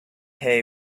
hay